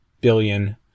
billion